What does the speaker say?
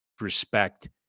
respect